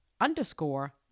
underscore